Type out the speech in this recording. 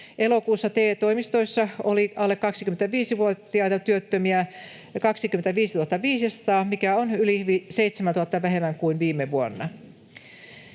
Elokuussa TE-toimistoissa oli alle 25-vuotiaita työttömiä 25 500, mikä on yli 7 000 vähemmän kuin viime vuonna.